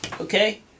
okay